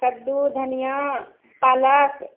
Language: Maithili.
कद्दू धनिया पालक